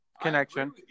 connection